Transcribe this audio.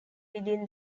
within